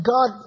God